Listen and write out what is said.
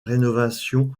rénovation